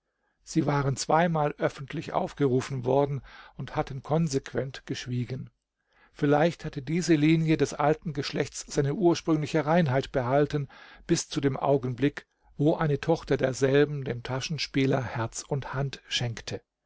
sie waren zweimal öffentlich aufgerufen worden und hatten konsequent geschwiegen vielleicht hatte diese linie des alten geschlechts seine ursprüngliche reinheit behalten bis zu dem augenblick wo eine tochter derselben dem taschenspieler herz und hand schenkte